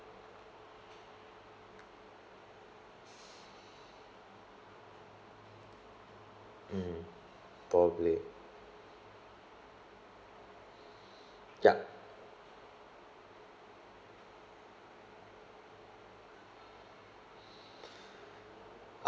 mm probably yup